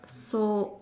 so